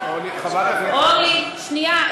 אורלי, שנייה.